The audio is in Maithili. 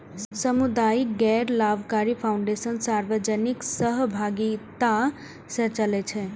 सामुदायिक गैर लाभकारी फाउंडेशन सार्वजनिक सहभागिता सं चलै छै